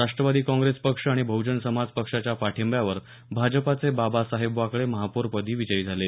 राष्ट्रवादी काँप्रेस पक्ष आणि बहजन समाज पक्षाच्या पाठिंब्यावर भाजपाचे बाबासाहेब वाकळे महापौरपदी विजयी झाले